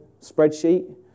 spreadsheet